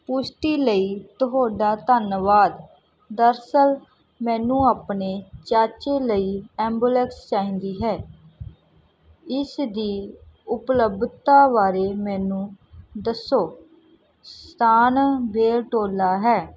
ਪੁਸ਼ਟੀ ਲਈ ਤੁਹਾਡਾ ਧੰਨਵਾਦ ਦਰਅਸਲ ਮੈਨੂੰ ਆਪਣੇ ਚਾਚੇ ਲਈ ਐਂਬੂਲੈਂਸ ਚਾਹੀਦੀ ਹੈ ਇਸ ਦੀ ਉਪਲਬਧਤਾ ਬਾਰੇ ਮੈਨੂੰ ਦੱਸੋ ਸਥਾਨ ਬੇਲਟੋਲਾ ਹੈ